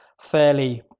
fairly